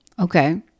Okay